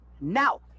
now